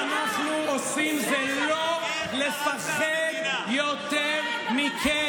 מה שאנחנו עושים זה לא לפחד מכם יותר,